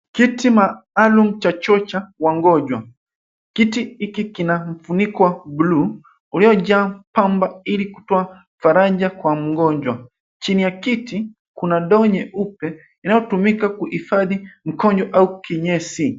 Kiti maalum cha chocha wagonjwa. Kiti hiki kina mfuniko wa bluu ilio jaa pamba ili kutoa faraja kwa mgonjwa. Chini ya kiti kuna ndoo nyeupe inayotumika kuhifadhi mkojo au kinyesi.